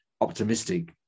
optimistic